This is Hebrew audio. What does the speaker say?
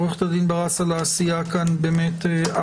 עו"ד ברס, על העשייה המשמעותית.